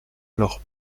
alors